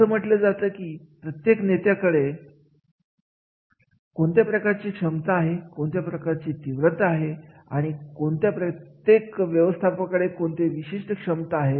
असं म्हटलं जातं कीप्रत्येक नेत्याकडे कोणत्या प्रकारची क्षमता आहेत कोणत्या प्रकारचे तीव्रता आहे आणि प्रत्येक व्यवस्थापकाकडे कोणते विशिष्ट क्षमता आहेत